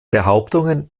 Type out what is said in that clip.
behauptungen